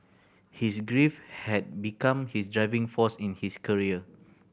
his grief had become his driving force in his career